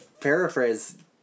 paraphrase